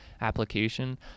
application